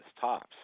tops